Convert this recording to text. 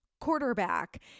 quarterback